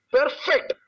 Perfect